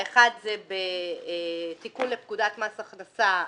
האחד זה בתיקון פקודת מס הכנסה,